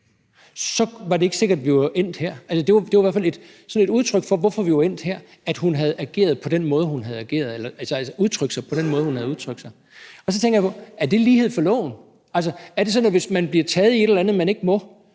så var det ikke sikkert, at vi var endt her. Det var i hvert fald medvirkende til, at vi var endt her, at hun havde udtrykt sig på den måde, hun havde udtrykt sig. Så tænker jeg på: Er det lighed for loven? Er det sådan, at hvis man bliver taget i et eller andet, man ikke må,